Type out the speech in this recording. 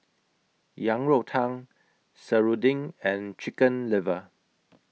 Yang Rou Tang Serunding and Chicken Liver